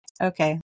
okay